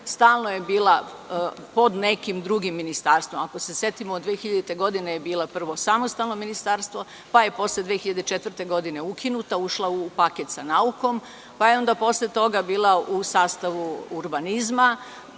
stalno je bila pod nekim drugim ministarstvom. Ako se setimo, 2000-te godine je bila prvo samostalno ministarstvo, pa je posle 2004. godine ukinuta, ušla u paket sa naukom, pa je onda posle toga bila u sastavu urbanizma,